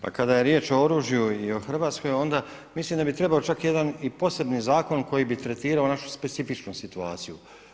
Pa kada je riječ o oružju i Hrvatskoj, onda mislim da bi trebao čak i poseban zakon koji bi tretirao našu specifičnu situaciju.